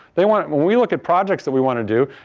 they want when we look at projects that we want to do,